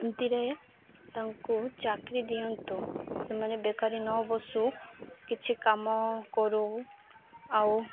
ଏମତିରେ ତାଙ୍କୁ ଚାକିରି ଦିଅନ୍ତୁ ସେମାନେ ବେକାରୀ ନ ବସୁ କିଛି କାମ କରୁ ଆଉ